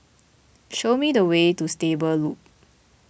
show me the way to Stable Loop